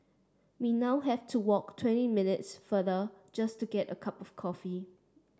we now have to walk twenty minutes farther just to get a cup of coffee